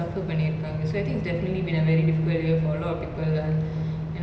hopefully people are a bit more adjusted to the new norms